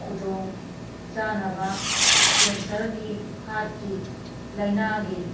ꯈꯨꯗꯣꯡ ꯆꯥꯅꯕ ꯀꯦꯟꯁꯔꯒꯤ ꯍꯥꯔꯠꯀꯤ ꯂꯥꯏꯅꯥꯒꯤ